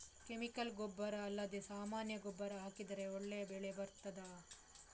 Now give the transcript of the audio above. Chemical ಗೊಬ್ಬರ ಅಲ್ಲದೆ ಸಾಮಾನ್ಯ ಗೊಬ್ಬರ ಹಾಕಿದರೆ ಒಳ್ಳೆ ಬೆಳೆ ಬರ್ತದಾ?